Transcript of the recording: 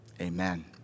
amen